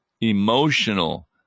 emotional